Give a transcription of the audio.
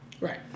Right